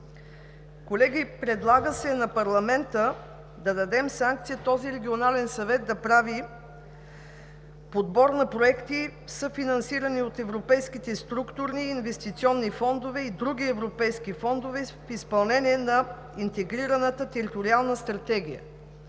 Колеги, предлага се на парламента да даде санкция този регионален съвет да прави „подбор на проекти, съфинансирани от европейските структурни и инвестиционни фондове и други европейски фондове в изпълнение на интегрираната териториална стратегия